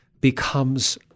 becomes